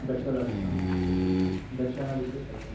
दशलक्षं दशादिकशतम्